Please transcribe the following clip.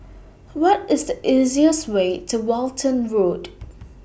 What IS The easiest Way to Walton Road